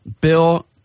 Bill